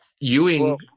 Ewing